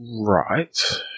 Right